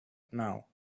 now